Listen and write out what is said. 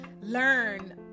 learn